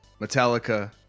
Metallica